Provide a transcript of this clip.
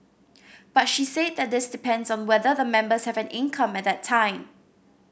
but she said that this depends on whether the members have an income at that time